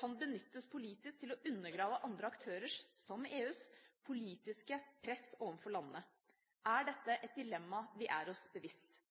kan det benyttes politisk til å undergrave andre aktørers – som EUs – politiske press overfor landene. Er dette et dilemma vi er oss bevisst?